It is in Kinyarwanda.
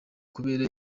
kubera